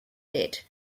dead